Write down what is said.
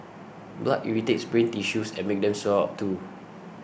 blood irritates brain tissues and makes them swell up too